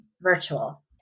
virtual